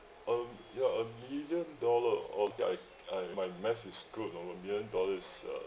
um ya a million dollar oh ya I I my math is screwed for a million dollar is uh